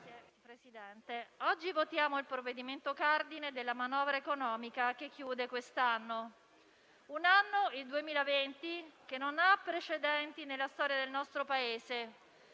Signor Presidente, oggi votiamo il provvedimento cardine della manovra economica che chiude l'anno in corso. Un anno, il 2020, che non ha precedenti nella storia del nostro Paese,